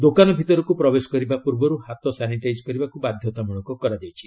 ଦୋକନ ଭିତରକୁ ପ୍ରବେଶ କରିବା ପୂର୍ବରୁ ହାତ ସାନିଟାଇଜ୍ କରିବାକୁ ବାଧ୍ୟତାମୂଳକ କରାଯାଇଛି